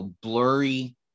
blurry